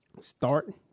Start